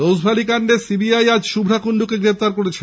Rose Valley কান্ডে CBI আজ শুভা কুন্ডুকে গ্রেপ্তার করেছে